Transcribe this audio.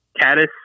caddis